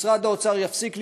משרד האוצר יפסיק לגנוב,